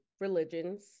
religions